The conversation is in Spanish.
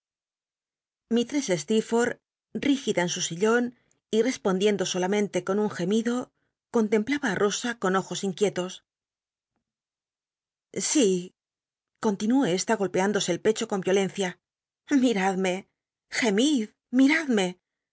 stccrforth rígida en su sillon y respontlicndo solamente con un gemido contemplaba ti nosa con ojos inquietos si continuó esta golpeündosc el pecho con riolencia mirad me gemid